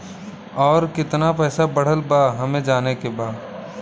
और कितना पैसा बढ़ल बा हमे जाने के बा?